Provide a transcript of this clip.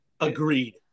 agreed